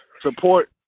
support